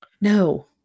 No